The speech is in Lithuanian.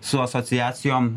su asociacijom